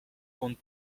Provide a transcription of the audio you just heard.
kont